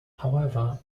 however